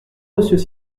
monsieur